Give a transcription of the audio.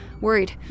Worried